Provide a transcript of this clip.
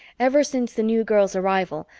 ever since the new girl's arrival,